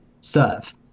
serve